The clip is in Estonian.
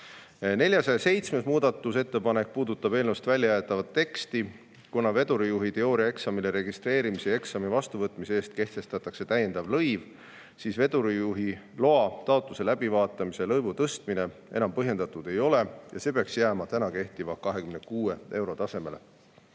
407. muudatusettepanek puudutab eelnõust välja jäetavat teksti. Kuna vedurijuhi teooriaeksamile registreerimise ja eksami vastuvõtmise eest kehtestatakse täiendav lõiv, siis vedurijuhiloa taotluse läbivaatamise lõivu tõstmine enam põhjendatud ei ole ja see peaks jääma praegu kehtiva 26 euro tasemele.